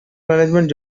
management